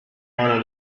mano